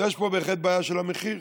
יש פה בהחלט בעיה של המחיר.